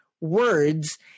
words